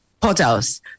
portals